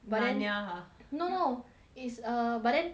but then ya no no it's err but then